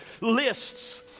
lists